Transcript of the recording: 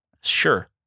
sure